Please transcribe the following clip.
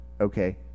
okay